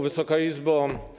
Wysoka Izbo!